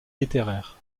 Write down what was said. littéraires